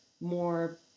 more